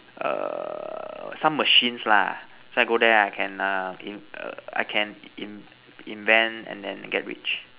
err some machines lah so I go there I can err in I can in invent then get rich